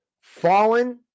Fallen